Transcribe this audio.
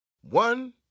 One